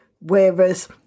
Whereas